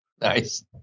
Nice